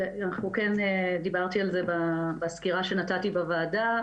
דיברתי על זה בסקירה שנתתי בוועדה,